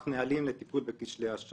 מנכ"ל חברת מגדל.